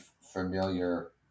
familiar